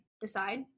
Decide